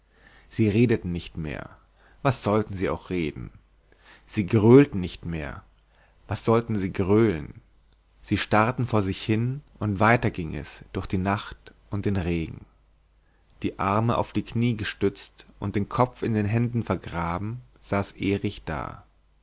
sie redeten nicht mehr was sollten sie reden sie gröhlten nicht mehr was sollten sie gröhlen sie starrten vor sich hin und weiter ging es durch die nacht und den regen die arme auf die knie gestützt und den kopf in den händen vergraben saß erich da